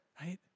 right